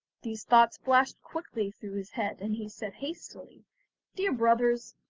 these thoughts flashed quickly through his head, and he said hastily dear brothers,